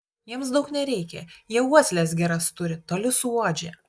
jiems daug nereikia jie uosles geras turi toli suuodžia